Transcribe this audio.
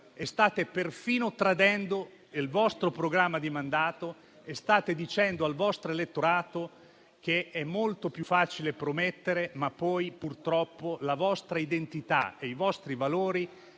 State perfino tradendo il vostro programma di mandato e state dicendo al vostro elettorato che è molto facile promettere, ma poi, purtroppo, la vostra identità e i vostri valori